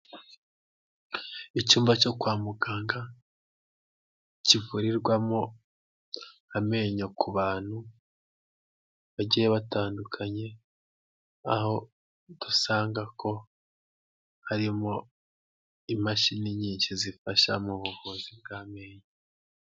Icyumba cyo kwa muganga, kivurirwamo amenyo ku bantu bagiye batandukanye, aho dusanga ko harimo imashini nyinshi zifasha mu buvuzi bw'amenyo.